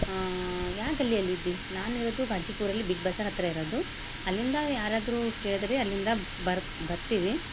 ಯಾ ಗಲ್ಲಿಯಲ್ಲಿ ಇದ್ದೀ ನಾನಿರೋದು ಗಾಜಿಪುರಲ್ಲಿ ಬಿಗ್ ಬಝಾರ್ ಹತ್ತಿರ ಇರೋದು ಅಲ್ಲಿಂದ ಯಾರಾದರೂ ಕೇಳಿದರೆ ಅಲ್ಲಿಂದ ಬರ್ತ್ ಬರ್ತೀವಿ